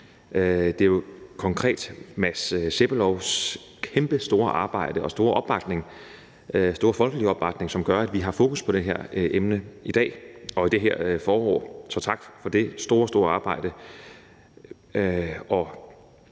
Det er jo konkret Mads Sebbelovs kæmpestore arbejde og den store folkelige opbakning, som gør, at vi har fokus på det her emne i dag og i det her forår. Så tak for det store, store arbejde.